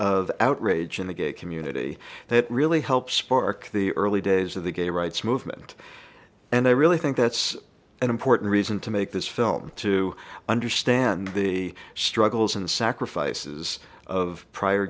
of outrage in the gay community that really helped spark the early days of the gay rights movement and i really think that's an important reason to make this film to understand the struggles and sacrifices of prior